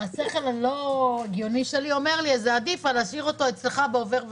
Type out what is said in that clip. השכל הלא-הגיוני שלי אומר לי: זה עדיף על להשאיר אותו אצלך בעובר ושב.